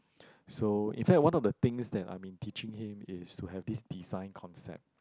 so in fact one of the things that I've been teaching him is to have this design concept